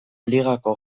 ligako